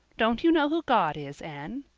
don't you know who god is, anne?